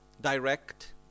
direct